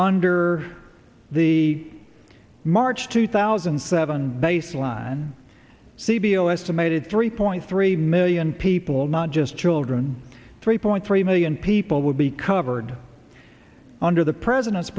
under the march two thousand and seven baseline c b l estimated three point three million people not just children three point three million people would be covered under the president's